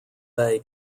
bay